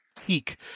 peak